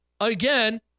Again